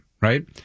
right